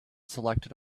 selected